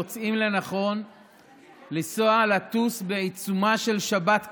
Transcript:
מוצאים לנכון לטוס בעיצומה של שבת קודש,